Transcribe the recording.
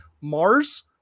Mars